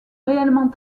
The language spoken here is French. réellement